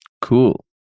Cool